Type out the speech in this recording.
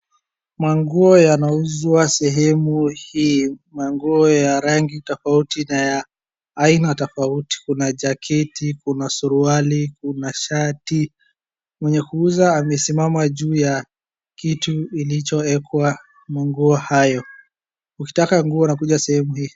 Manguo yanauzwa sehemu hii manguo ya rangi tofauti na ya aina tofauti kuna jaketi kuna suruali kuna shati mwenye kuuza amesimama juu ya kitu ilichoekwa manguo hayo ukitaka nguo unakuja sehemu hii.